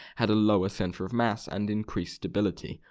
had a lower centre of mass and increased stability.